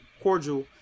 Cordial